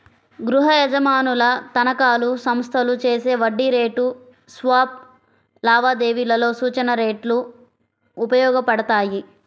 గృహయజమానుల తనఖాలు, సంస్థలు చేసే వడ్డీ రేటు స్వాప్ లావాదేవీలలో సూచన రేట్లు ఉపయోగపడతాయి